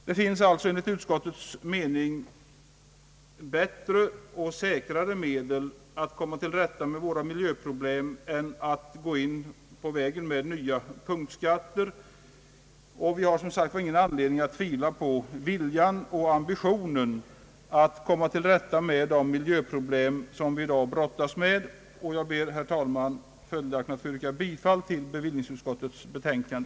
Det finns enligt utskottets mening bättre och säkrare medel att komma till rätta med våra miljöproblem än att slå in på vägen med nya punktskatter. Vi har, som sagt, heller ingen anledning att tvivla på viljan och ambitionen att lösa de miljöproblem som vi brottas med. Jag ber, herr talman, följaktligen att få yrka bifall till bevillningsutskottets betänkande.